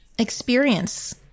Experience